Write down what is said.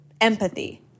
empathy